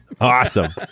Awesome